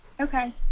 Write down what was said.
Okay